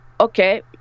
okay